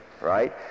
Right